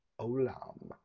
Olam